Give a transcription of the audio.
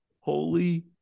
holy